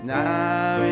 now